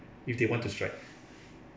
if they want to strike